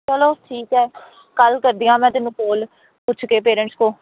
ਚੱਲੋ ਠੀਕ ਹੈ ਕੱਲ ਕਰਦੀ ਹਾਂ ਮੈਂ ਤੈਨੂੰ ਕੋਲ ਪੁੱਛ ਕੇ ਪੇਰੈਂਟਸ ਤੋਂ